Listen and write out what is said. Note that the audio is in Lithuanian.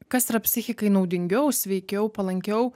kas yra psichikai naudingiau sveikiau palankiau